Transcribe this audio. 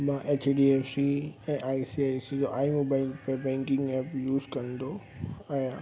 मां H D F C ऐं I C I C I I O bank में banking app use कंदो आहियां